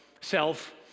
self